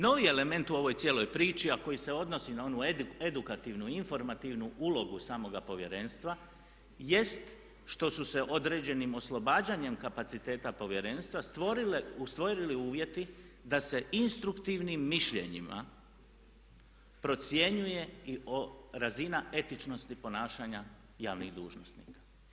Novi element u ovoj cijeloj priči a koji se odnosi na onu edukativnu, informativnu ulogu samoga Povjerenstva jest što su se određenim oslobađanjem kapaciteta Povjerenstva stvorili uvjeti da se instruktivnim mišljenjima procjenjuje razina etičnosti ponašanja javnih dužnosnika.